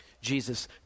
Jesus